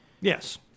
Yes